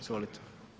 Izvolite.